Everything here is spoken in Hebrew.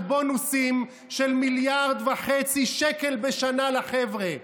בונוסים של 1.5 מיליארד שקל בשנה לחבר'ה,